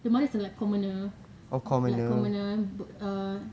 the mother is like commoner like commoner bu~